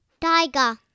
Tiger